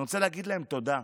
אני רוצה להגיד להם תודה.